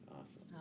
Awesome